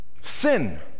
Sin